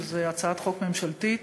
זו הצעת חוק ממשלתית